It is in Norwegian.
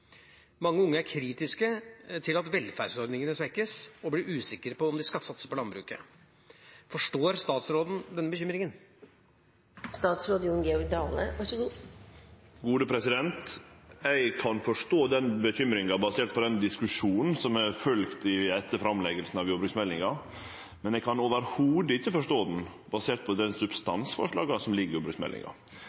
Mange unge er kritiske til at velferdsordningene svekkes, og blir usikre på om de skal satse på landbruket. Forstår statsråden denne bekymringen?» Eg kan forstå den bekymringa basert på den diskusjonen som eg har følgt etter framlegginga av jordbruksmeldinga, men eg kan slett ikkje forstå ho basert på dei substansforslaga som ligg i jordbruksmeldinga.